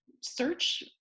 search